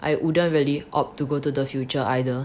I wouldn't really opt to go to the future either